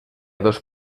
dos